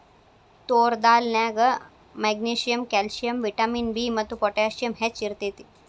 ತೋರ್ ದಾಲ್ ನ್ಯಾಗ magnesium, calcium, vitamin B ಮತ್ತು potassium ಹೆಚ್ಚ್ ಇರ್ತೇತಿ